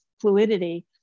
fluidity